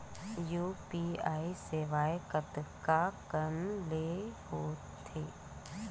UPI सेवाएं कतका कान ले हो थे?